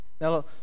Now